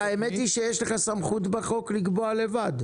וכל המילים הפופוליסטיות --- האמת היא שיש לך סמכות בחוק לקבוע לבד,